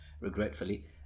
regretfully